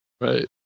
Right